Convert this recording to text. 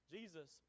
Jesus